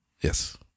Yes